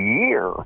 year